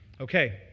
Okay